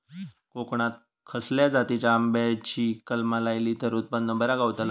कोकणात खसल्या जातीच्या आंब्याची कलमा लायली तर उत्पन बरा गावताला?